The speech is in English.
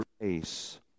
grace